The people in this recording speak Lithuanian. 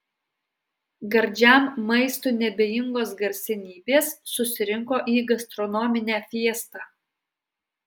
gardžiam maistui neabejingos garsenybės susirinko į gastronominę fiestą